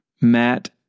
Matt